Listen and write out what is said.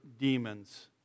demons